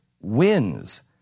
wins